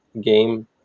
game